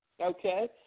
okay